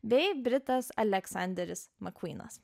bei britas aleksanderis makvynas